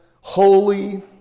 holy